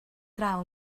draw